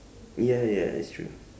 ya ya it's true